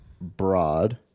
broad